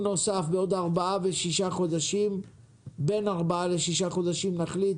בדיון מעקב נוסף, בין 4 ל-6 חודשים, כשנחליט